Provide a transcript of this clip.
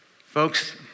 Folks